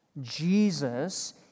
Jesus